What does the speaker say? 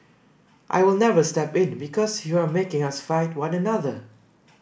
I will never step in because you are making us fight one another